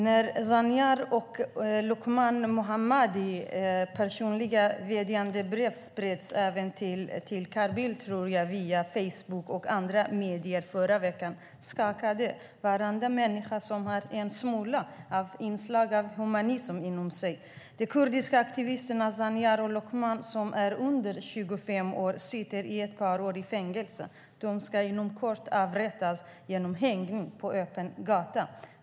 När Zanyar och Loqman Moradis personliga vädjandebrev spreds via Facebook och andra medier i förra veckan - även till Carl Bildt, tror jag - skakades varenda människa som har en enda smula humanism inom sig. De kurdiska aktivisterna Zanyar och Loqman är under 25 år och sitter sedan ett par år i fängelse. De ska inom kort avrättas genom hängning på öppen gata.